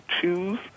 choose